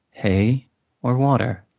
hay or water,